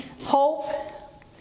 Hope